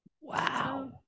Wow